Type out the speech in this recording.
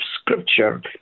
Scripture